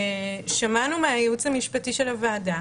שמענו מהייעוץ המשפטי של הוועדה